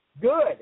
good